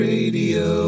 Radio